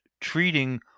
treating